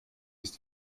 ist